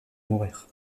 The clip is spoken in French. mourir